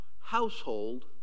household